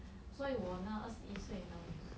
所以我呢二十一岁呢